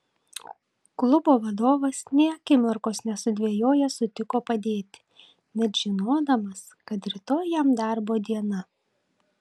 klubo vadovas nė akimirkos nesudvejojęs sutiko padėti net žinodamas kad rytoj jam darbo diena